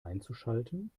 einzuschalten